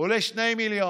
עולה 2 מיליון,